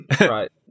Right